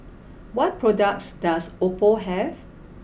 what products does Oppo have